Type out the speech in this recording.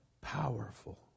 powerful